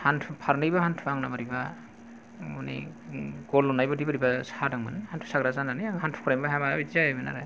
हान्थु फारनैबो हान्थुआ आंना बोरैबा माने गल'नाय बादि बोरैबा सादोंमोन हान्थु साग्रा जानानै आं हान्थु खरायनोबो हाया माया बिदि जायोमोन आरो